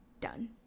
done